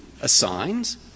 assigns